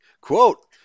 quote